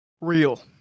Real